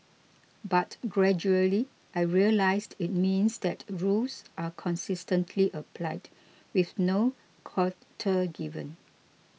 but gradually I realised it means that rules are consistently applied with no quarter given